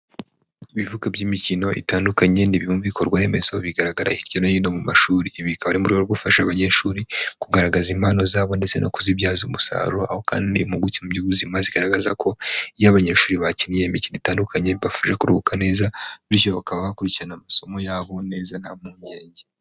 Ibibuga by'imikino itandukanye ni bimwe mu bikorwa remezo bigaragara hirya no hino mu mashuri. Ibi bikaba ari mu rwego rwo gufasha abanyeshuri kugaragaza impano zabo ndetse no kuzibyaza umusaruro. Aho kandi impuguke mu by'ubuzima zigaragaza ko iyo abanyeshuri bakinnye imikino itandukanye bibafasha kuruhuka neza. Bityo bakaba bakurikirana amasomo yabo neza nta mpungenge.